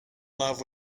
love